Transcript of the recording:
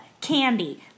candy